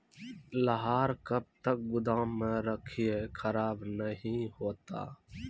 लहार कब तक गुदाम मे रखिए खराब नहीं होता?